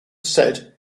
said